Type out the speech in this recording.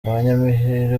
abanyamahirwe